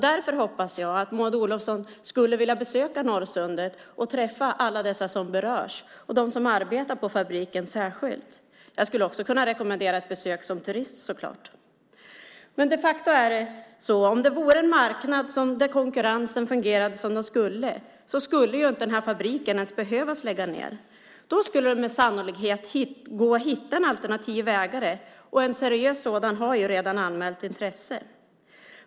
Därför hoppas jag att Maud Olofsson skulle vilja besöka Norrsundet och träffa alla dessa som berörs, särskilt dem som arbetar på fabriken. Jag skulle också kunna rekommendera ett besök som turist så klart. Men om det vore en marknad där konkurrensen fungerade som den skulle så skulle inte den här fabriken behöva läggas ned. Då skulle det med sannolikhet gå att hitta en alternativ ägare, och en seriös sådan har redan anmält intresse.